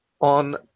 on